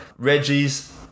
Reggies